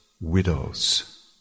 widows